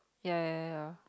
ya ya ya